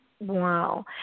Wow